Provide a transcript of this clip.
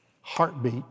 heartbeat